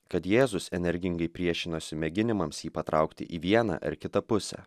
kad jėzus energingai priešinosi mėginimams jį patraukti į vieną ar kitą pusę